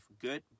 good